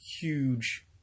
huge